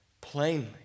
plainly